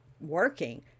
working